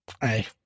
Hey